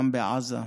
גם עזה.